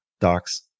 docs